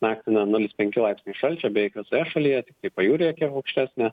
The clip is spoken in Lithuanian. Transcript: naktį na nulis penki laipsniai šalčio beveik visoje šalyje tiktai pajūryje kiek aukštesnė